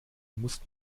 musst